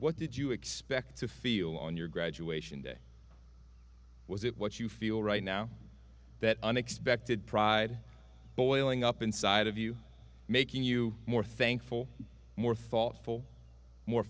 what did you expect to feel on your graduation day was it what you feel right now that unexpected pride boiling up inside of you making you more thankful more thoughtful more